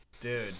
dude